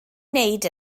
wneud